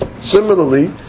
similarly